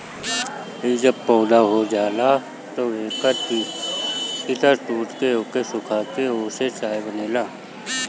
इ जब पौधा हो जाला तअ एकर पतइ तूर के ओके सुखा के ओसे चाय बनेला